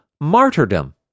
martyrdom